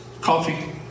coffee